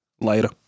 Later